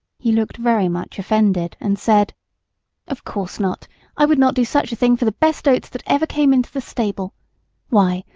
he looked very much offended, and said of course not i would not do such a thing for the best oats that ever came into the stable why,